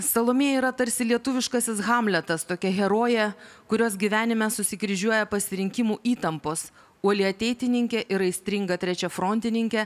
salomėja yra tarsi lietuviškasis hamletas tokia herojė kurios gyvenime susikryžiuoja pasirinkimų įtampos uoli ateitininkė ir aistringa trečiafrontininkė